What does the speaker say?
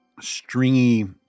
stringy